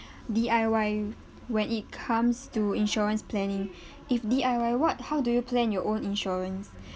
D_I_Y when it comes to insurance planning if D_I_Y what how do you plan your own insurance